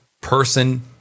person